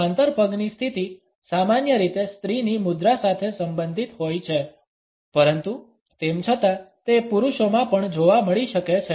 સમાંતર પગની સ્થિતિ સામાન્ય રીતે સ્ત્રીની મુદ્રા સાથે સંબંધિત હોય છે પરંતુ તેમ છતાં તે પુરુષોમાં પણ જોવા મળી શકે છે